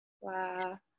Wow